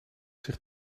zich